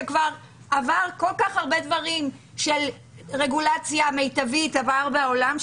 שכבר עברו כל כך הרבה דברים של רגולציה מיטבית בעולם,